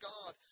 God